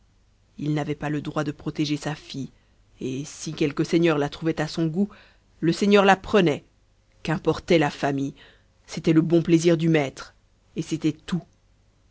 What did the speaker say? il n'avait pas le droit de protéger sa fille et si quelque seigneur la trouvait à son goût le seigneur la prenait qu'importait la famille c'était le bon plaisir du maître et c'était tout